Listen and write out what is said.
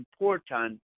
important